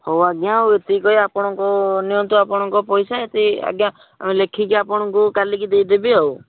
ହଉ ଆଜ୍ଞା ଆଉ ଏତିକି କହି ଆପଣଙ୍କୁ ନିଅନ୍ତୁ ଆପଣଙ୍କ ପଇସା ଏତିକି ଆଜ୍ଞା ଆମେ ଲେଖିକି ଆପଣଙ୍କୁ କାଲିକି ଦେଇଦେବି ଆଉ